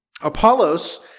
Apollos